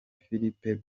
philippe